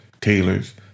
tailors